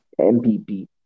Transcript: MPP